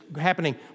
happening